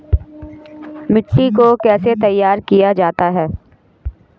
मिट्टी को कैसे तैयार किया जाता है?